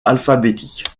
alphabétique